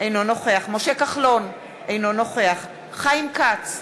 אינו נוכח משה כחלון, אינו נוכח חיים כץ,